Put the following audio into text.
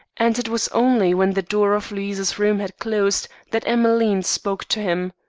and it was only when the door of louise's room had closed that emmeline spoke to him.